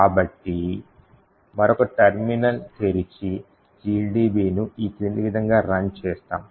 కాబట్టి మరొక టెర్మినల్ తెరిచి GDBను ఈ క్రింది విధంగా రన్ చేస్తాము